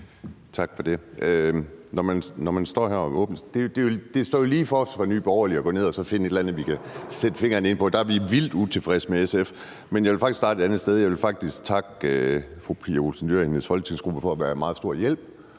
ligger det jo for Nye Borgerlige ligefor at gå ind og finde et eller andet, vi kan sætte fingeren på og sige, at der er vi vildt utilfredse med SF. Men jeg vil starte et andet sted. Jeg vil faktisk takke fru Pia Olsen Dyhr og hendes folketingsgruppe for at være en meget stor hjælp